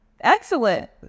excellent